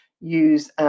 use